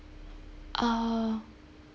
uh